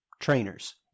trainers